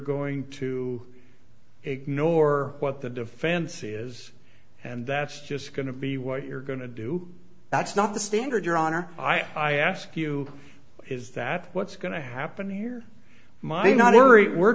going to ignore what the defense is and that's just going to be what you're going to do that's not the standard your honor i ask you is that what's going to happen here my not w